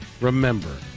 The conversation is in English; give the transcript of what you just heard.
remember